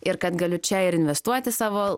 ir kad galiu čia ir investuoti savo